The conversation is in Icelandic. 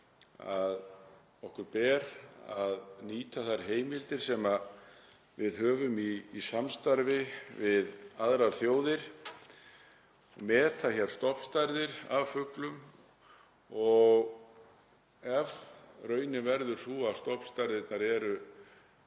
að okkur ber að nýta þær heimildir sem við höfum í samstarfi við aðrar þjóðir, meta hér stofnstærðir af fuglum og ef raunin verður sú að fjöldinn er